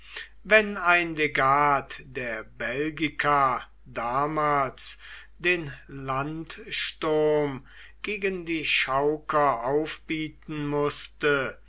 wenn ein legat der belgica damals den landsturm gegen die chauker aufbieten mußte